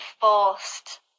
forced